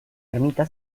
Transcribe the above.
ermita